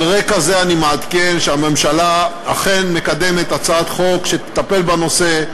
על רקע זה אני מעדכן שהממשלה אכן מקדמת הצעת חוק שתטפל בנושא,